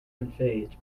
unfazed